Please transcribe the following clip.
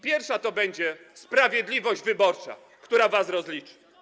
Pierwsza będzie sprawiedliwość wyborcza, która was rozliczy.